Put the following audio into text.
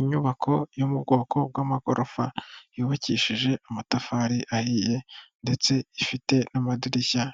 Inyubako yo mu bwoko bw'amagorofa, yubakishije amatafari ahiye ndetse ifite n'amadirishya